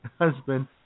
husband